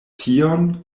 tion